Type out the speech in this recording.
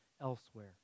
elsewhere